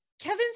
kevin